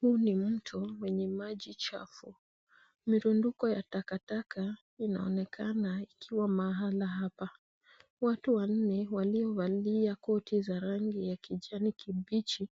Huu ni mto wenye maji chafu. Mirunduko ya takataka inaonekana ikiwa mahala hapa. Watu wanne waliovalia koti za rangi ya kijani kibichi